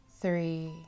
three